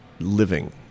living